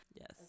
Yes